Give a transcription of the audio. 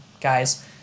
guys